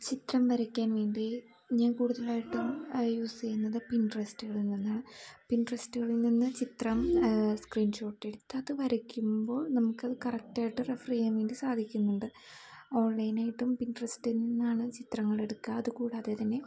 ചിത്രം വരയ്ക്കാൻ വേണ്ടി ഞാൻ കൂടുതലായിട്ടും യൂസ് ചെയ്യുന്നത് പിൻ്ററസ്റ്റുകളിൽ നിന്നാണ് പിൻട്രസ്റ്റുകളിൽനിന്ന് ചിത്രം സ്ക്രീൻഷോട്ട് എടുത്തത് അത് വരയ്ക്കുമ്പോൾ നമുക്കത് കറക്റ്റ് ആയിട്ട് റെഫർ ചെയ്യാൻ വേണ്ടി സാധിക്കുന്നുണ്ട് ഓൺലൈനായിട്ടും പിൻട്രസ്റ്റിൽനിന്നാണ് ചിത്രങ്ങളെടുക്കുക അതുകൂടാതെ തന്നെ